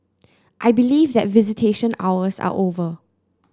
I believe that visitation hours are over